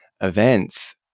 events